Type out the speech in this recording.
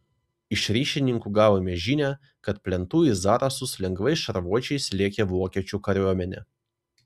iš ryšininkų gavome žinią kad plentu į zarasus lengvais šarvuočiais lėkė vokiečių kariuomenė